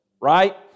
right